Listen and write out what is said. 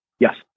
Yes